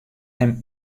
him